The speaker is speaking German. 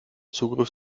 zugriff